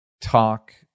Talk